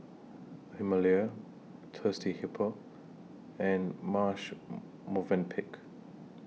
Himalaya Thirsty Hippo and Marche Movenpick